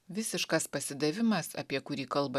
visiškas pasidavimas apie kurį kalba